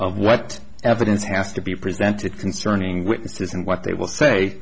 of what evidence has to be presented concerning witnesses and what they will say